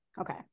Okay